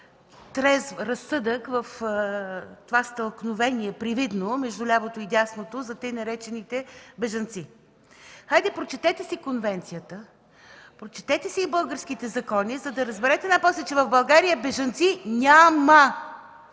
трезв разсъдък в това стълкновение – привидно между лявото и дясното, за тъй наречените „бежанци”. Хайде прочетете си конвенцията, прочетете си и българските закони, за да разберете най-после, че в България бежанци ня-ма!